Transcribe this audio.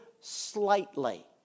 slightly